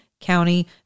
County